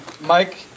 Mike